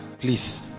please